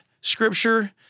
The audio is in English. Scripture